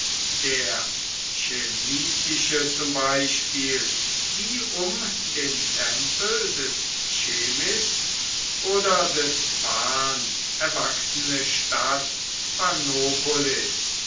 der chemmitische zum beispiel die um den tempel des chemmis oder des pan erwachsene stadt